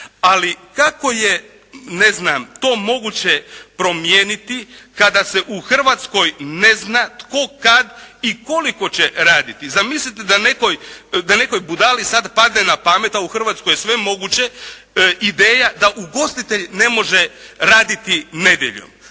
Ali kako je to moguće promijeniti kada se u Hrvatskoj ne zna tko, kad i koliko će raditi. Zamislite da nekoj budali sad padne na pamet a u Hrvatskoj je sve moguće ideja da ugostitelj ne može raditi nedjeljom.